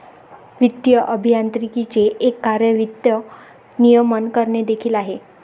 वित्तीय अभियांत्रिकीचे एक कार्य वित्त नियमन करणे देखील आहे